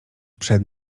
przed